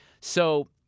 So-